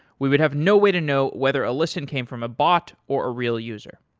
we would have no way to know whether a listen came from a bot or a real user.